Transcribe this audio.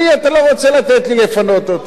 אתה לא רוצה לתת לי לפנות אותו.